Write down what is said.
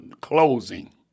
closing